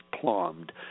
plumbed